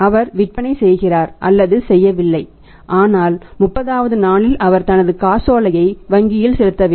அவர் விற்பனை செய்கிறார் அல்லது செய்யவில்லை ஆனால் 30 ஆவது நாளில் அவர் தனது காசோலை வங்கியில் செலுத்த வேண்டும்